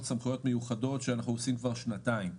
סמכויות מיוחדות שאנחנו עושים כבר שנתיים.